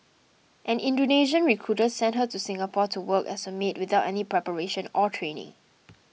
an Indonesian recruiter sent her to Singapore to work as a maid without any preparation or training